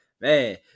man